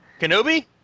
Kenobi